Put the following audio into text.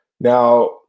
Now